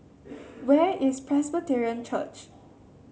where is Presbyterian Church